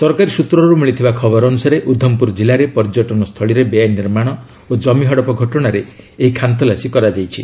ସରକାରୀ ସୂତ୍ରରୁ ମିଳିଥିବା ଖବର ଅନୁସାରେ ଉଦ୍ଧମପୁର କିଲ୍ଲାରେ ପର୍ଯ୍ୟଟନ ସ୍ଥଳୀରେ ବେଆଇନ୍ ନିର୍ମାଣ ଓ କମି ହଡପ ଘଟଣାରେ ଏହି ଖାନତଲାସୀ କରାଯାଉଛି